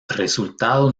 resultado